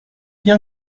bien